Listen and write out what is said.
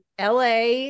LA